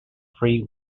three